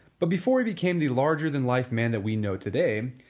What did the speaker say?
but before he became the larger-than-life man that we know today,